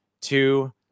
two